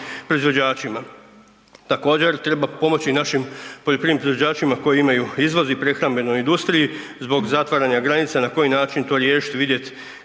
proizvođačima. Također treba pomoći i našim poljoprivrednim proizvođačima koji imaju izvoz u prehrambenoj industriji zbog zatvaranja granica, na koji način to riješit i vidjet